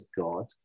God